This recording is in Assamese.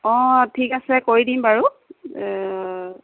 অঁ ঠিক আছে কৰি দিম বাৰু